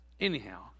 Anyhow